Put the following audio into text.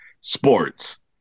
sports